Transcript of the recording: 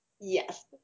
Yes